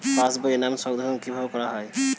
পাশ বইয়ে নাম সংশোধন কিভাবে করা হয়?